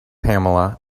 pamela